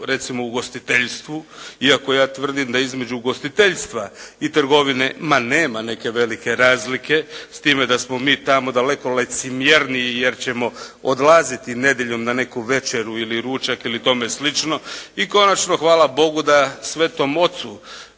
recimo u ugostiteljstvu iako ja tvrdim da između ugostiteljstva i trgovine ma nema neke velike razlike, s time da smo mi tamo daleko licemjerniji jer ćemo odlaziti nedjeljom na neku večeru ili ručak ili tome slično. I konačno, hvala Bogu da Svetom Ocu